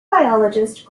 biologist